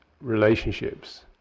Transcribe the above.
relationships